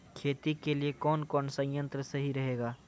खेती के लिए कौन कौन संयंत्र सही रहेगा?